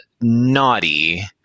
naughty